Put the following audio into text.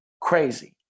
Crazy